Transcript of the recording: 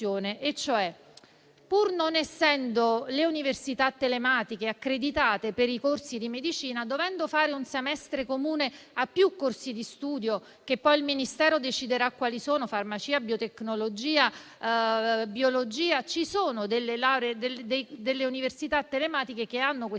pur non essendo le università telematiche accreditate per i corsi di medicina, dovendo fare un semestre comune a più corsi di studio, che poi il Ministero deciderà quali sono (farmacia, biotecnologia, biologia), ci sono delle università telematiche che hanno questi